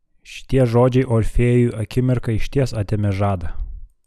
šitie žodžiai orfėjui akimirką išties atėmė žadą